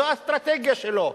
זו האסטרטגיה שלו,